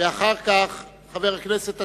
ואחר כך היה חבר הכנסת התשיעית,